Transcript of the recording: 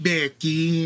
Becky